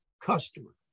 customer